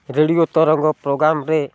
radio ତରଙ୍ଗ ପ୍ରୋଗ୍ରାମ୍ରେ